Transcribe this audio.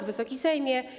Wysoki Sejmie!